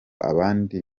abandi